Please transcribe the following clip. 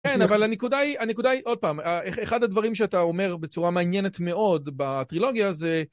כן, אבל הנקודה היא, הנקודה היא, עוד פעם, אחד הדברים שאתה אומר בצורה מעניינת מאוד בטרילוגיה זה...